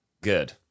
Good